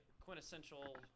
quintessential